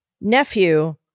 nephew